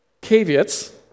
caveats